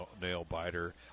nail-biter